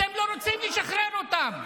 אתם לא רוצים לשחרר אותם.